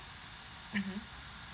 mmhmm